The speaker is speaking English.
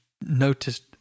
noticed